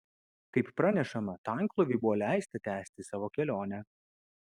kaip pranešama tanklaiviui buvo leista tęsti savo kelionę